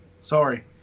Sorry